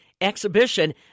exhibition